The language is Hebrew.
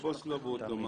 הבוס לא באותו מקום.